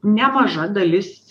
nemaža dalis